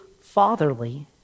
fatherly